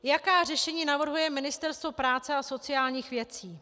Jaká řešení navrhuje Ministerstvo práce a sociálních věcí.